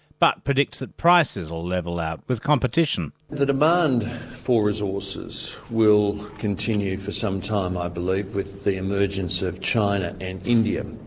but predicts that prices will level out with competition. the demand for resources will continue for some time i believe, with the emergence of china and india.